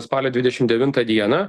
spalio dvidešim devintą dieną